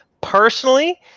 personally